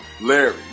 Larry